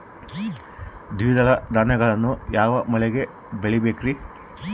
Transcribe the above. ದ್ವಿದಳ ಧಾನ್ಯಗಳನ್ನು ಯಾವ ಮಳೆಗೆ ಬೆಳಿಬೇಕ್ರಿ?